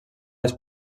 les